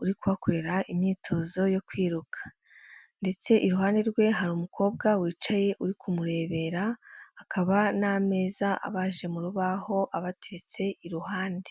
uri kuhakorera imyitozo yo kwiruka, ndetse iruhande rwe hari umukobwa wicaye uri kumurebera, hakaba n'ameza abaje mu rubaho abatetse iruhande.